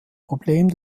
problem